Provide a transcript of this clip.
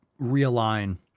realign